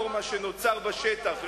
לאור מה שנוצר בשטח,